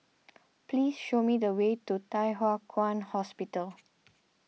please show me the way to Thye Hua Kwan Hospital